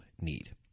need